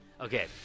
Okay